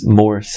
more